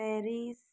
Paris